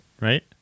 right